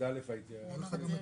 זה מה שזה אומר.